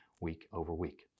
week-over-week